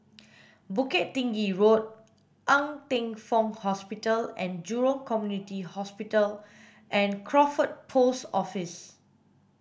Bukit Tinggi Road Ng Teng Fong Hospital and Jurong Community Hospital and Crawford Post Office